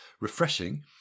refreshing